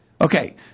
Okay